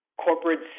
Corporate